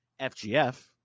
FGF